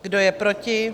Kdo je proti?